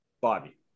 Bobby